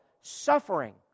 suffering